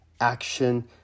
action